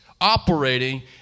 operating